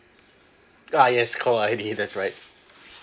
ah yes caller I_D that's right